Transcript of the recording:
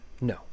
No